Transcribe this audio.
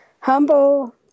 humble